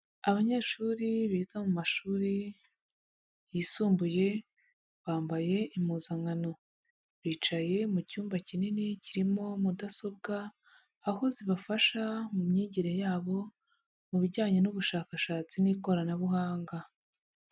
Abanyeshuri biga mu mashuri yisumbuye bambaye impuzankano, bicaye mu cyumba kinini kirimo mudasobwa, aho zibafasha mu myigire yabo, mu bijyanye n'ubushakashatsi n'ikoranabuhanga.